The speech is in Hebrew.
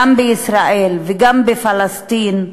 גם בישראל וגם בפלסטין,